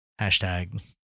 Hashtag